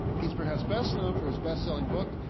he's perhaps best known for his bestselling book,